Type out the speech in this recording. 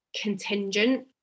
contingent